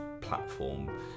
platform